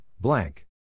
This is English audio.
blank